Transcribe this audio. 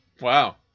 Wow